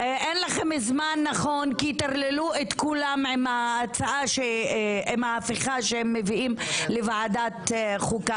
אין לכם זמן כי טרללו את כולם עם המהפכה שהם מביאים לוועדת החוקה